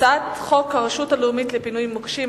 הצעת חוק הרשות הלאומית לפינוי מוקשים,